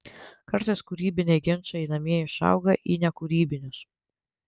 kartais kūrybiniai ginčai namie išauga į nekūrybinius